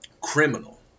criminal